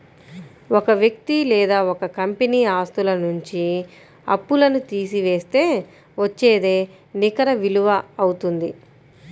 ఒక వ్యక్తి లేదా ఒక కంపెనీ ఆస్తుల నుంచి అప్పులను తీసివేస్తే వచ్చేదే నికర విలువ అవుతుంది